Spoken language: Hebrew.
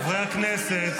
חברי הכנסת.